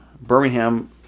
Birmingham